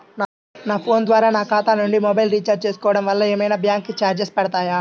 నా ఫోన్ ద్వారా నా ఖాతా నుండి మొబైల్ రీఛార్జ్ చేసుకోవటం వలన ఏమైనా బ్యాంకు చార్జెస్ పడతాయా?